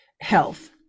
health